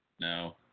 no